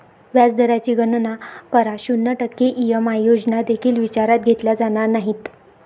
व्याज दराची गणना करा, शून्य टक्के ई.एम.आय योजना देखील विचारात घेतल्या जाणार नाहीत